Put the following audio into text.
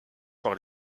par